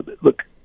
Look